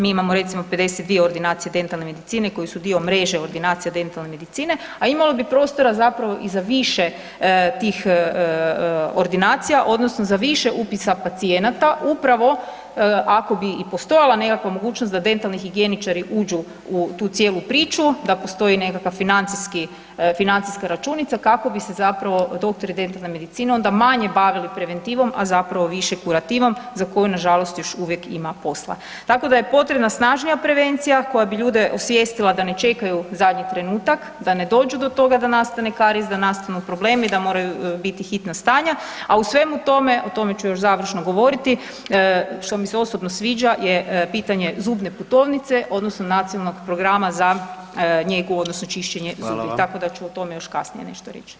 Mi imamo recimo 52 ordinacije dentalne medicine koje su dio mreže ordinacija dentalne medicine, a imalo bi prostora zapravo i za više tih ordinacija odnosno za više upisa pacijenata upravo ako bi i postojala nekakva mogućnost da dentalni higijeničari uđu u tu cijelu priču, da postoji nekakav financijska računica kako bi se zapravo doktori dentalne medicine onda manje bavili preventivom, a zapravo više kurativom za koju nažalost još uvijek ima posla, tako da je potrebna snažnija prevencija koja bi ljude osvijestila da ne čekaju zadnji trenutak, da ne dođu to toga da nastane karijes, da nastanu problemi, da moraju biti hitna stanja, a u svemu tome, o tome ću još završno govoriti što mi se osobno sviđa je pitanje zubne putovnice odnosno Nacionalnog programa za njegu odnosno čišćenje zubi tako da ću o tome još kasnije nešto reći.